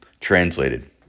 Translated